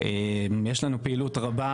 יש לנו פעילות רבה,